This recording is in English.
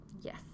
Yes